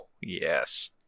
yes